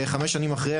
חמש שנים אחרי,